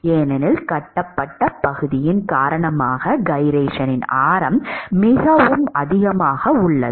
ஏனெனில் கட்டப்பட்ட பகுதியின் காரணமாக கைரேஷனின் ஆரம் மிகவும் அதிகமாக உள்ளது